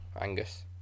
Angus